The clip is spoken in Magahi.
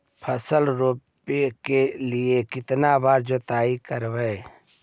फसल रोप के लिय कितना बार जोतई करबय?